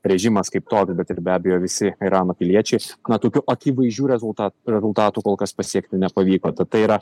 režimas kaip toks bet ir be abejo visi irano piliečiai na tokių akivaizdžių rezulta rezultatų kol kas pasiekti nepavyko tad tai yra